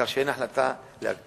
כך שאין החלטה להקפיא.